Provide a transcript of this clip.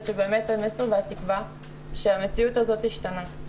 שהמסר והתקווה היא שהמציאות הזאת תשתנה,